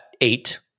eight